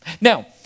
Now